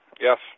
Yes